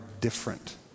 different